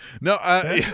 No